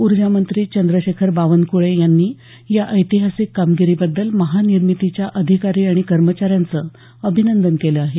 ऊर्जामंत्री चंद्रशेखर बावनक्ळे यांनी या ऐतिहासिक कामगिरीबद्दल महानिर्मितीच्या अधिकारी आणि कर्मचा यांचं अभिनंदन केलं आहे